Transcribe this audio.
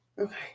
okay